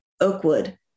Oakwood